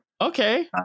Okay